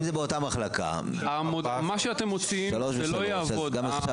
אם זה באותה מחלקה -- מה שאתם מוציאים לא יעבוד.